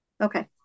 Okay